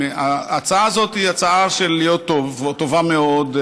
ההצעה הזאת היא הצעה שרוצה להיות טובה מאוד,